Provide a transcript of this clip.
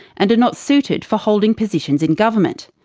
and are not suited for holding positions in government.